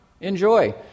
Enjoy